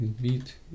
Beat